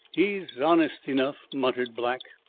he's honest enough, muttered black,